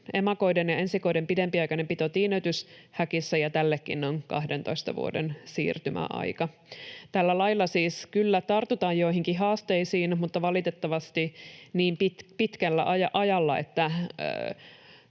emakoiden ja ensikoiden pidempiaikainen pito tiineytyshäkissä, ja tällekin on kahdentoista vuoden siirtymäaika. Tällä lailla siis kyllä tartutaan joihinkin haasteisiin, mutta valitettavasti niin pitkällä ajalla, että